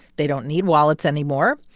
they don't need wallets anymore.